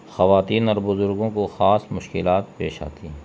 خواتین اور بزرگوں کو خاص مشکلات پیش آتی ہیں